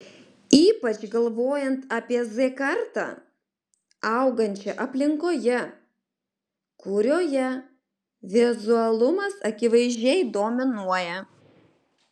ypač galvojant apie z kartą augančią aplinkoje kurioje vizualumas akivaizdžiai dominuoja